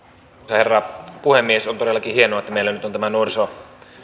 herra puhemies on todellakin hienoa että meillä on nyt tämä